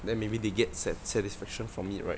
then maybe they get sa~ satisfaction from it right